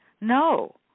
No